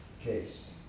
Case